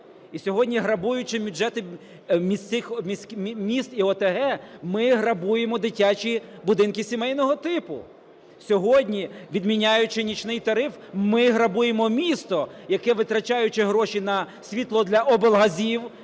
І сьогодні, грабуючи бюджети міст і ОТГ, ми грабуємо дитячі будинки сімейного типу. Сьогодні, відміняючи нічний тариф, ми грабуємо місто, яке, витрачаючи гроші на світло для облгазів,